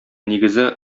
нигезе